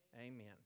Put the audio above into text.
Amen